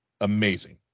amazing